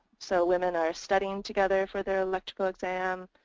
so women are studying together for their electrical exam.